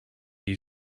you